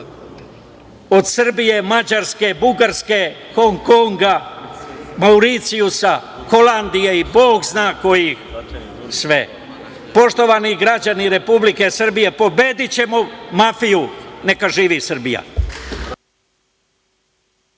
od Srbije, Mađarske, Bugarske, Hong Konga, Mauricijusa, Holandije i bog zna kojih sve. Poštovani građani Republike Srbije, pobedićemo mafiju, neka živi Srbija.